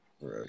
Right